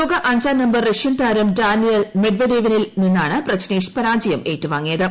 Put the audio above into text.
ലോക അഞ്ചാം number Russian താരം ഡാനിൽ മെഡ്വഡേവിനിൽ നിന്നാണ് പ്രജ്നേഷ് പരാജയം ഏറ്റുവാങ്ങിയത്